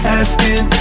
asking